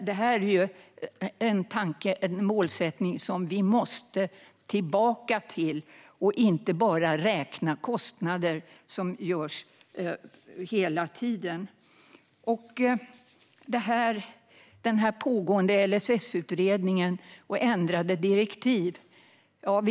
Det här är en tanke, en målsättning, som vi måste tillbaka till. Vi kan inte bara räkna kostnader hela tiden. Vad gäller den pågående LSS-utredningen och ändrade direktiv